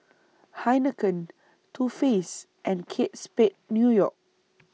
Heinekein Too Faced and Kate Spade New York